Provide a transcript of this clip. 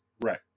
Right